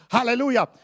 Hallelujah